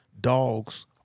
Dogs